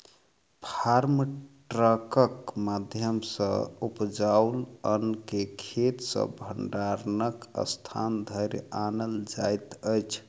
farm ट्रकक माध्यम सॅ उपजाओल अन्न के खेत सॅ भंडारणक स्थान धरि आनल जाइत अछि